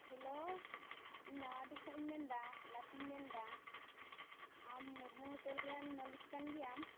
hello ᱤᱧ ᱱᱟᱣᱟᱰᱤ ᱠᱷᱚᱱ ᱤᱧ ᱢᱮᱱᱫᱟ ᱤᱞᱟᱛᱤᱧ ᱢᱮᱱᱫᱟ ᱟᱢ ᱢᱩᱨᱢᱩ ᱦᱳᱴᱮᱞ ᱨᱮ ᱢᱟᱹᱞᱤᱠ ᱠᱟᱱ ᱜᱮᱭᱟᱢ